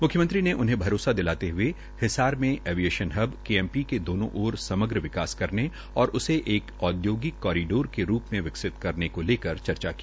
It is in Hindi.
मुख्यमंत्री ने उन्हें भरोसा दिलाते हुए हिसार में ऐविएशन हबकेएमपी के दोनों ओर समग्र विकास करने और उसे एक औद्योगिक कोरीडोर के रूप में विकसित करने को लेकर चर्चा की